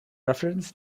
reference